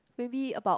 maybe about